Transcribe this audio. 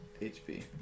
HP